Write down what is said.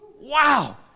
Wow